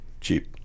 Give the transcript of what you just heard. cheap